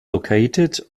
located